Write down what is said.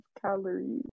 calories